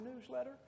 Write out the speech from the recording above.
newsletter